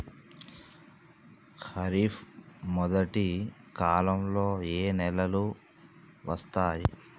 ఖరీఫ్ మొదటి కాలంలో ఏ నెలలు వస్తాయి?